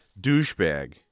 douchebag